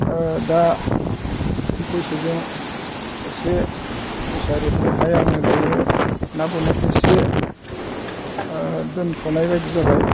दा बैसोजों एसे बैसोआ रेबनायखाय आङो दायो ना गुरनायखौ इसे दोनथ'नाय बायदि जाबाय